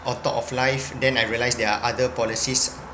on top of life then I realised there are other policies